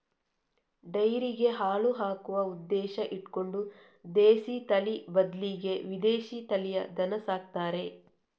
ಡೈರಿಗೆ ಹಾಲು ಹಾಕುವ ಉದ್ದೇಶ ಇಟ್ಕೊಂಡು ದೇಶೀ ತಳಿ ಬದ್ಲಿಗೆ ವಿದೇಶೀ ತಳಿಯ ದನ ಸಾಕ್ತಾರೆ